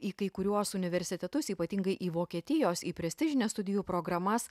į kai kuriuos universitetus ypatingai į vokietijos į prestižines studijų programas